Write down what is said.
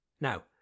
Now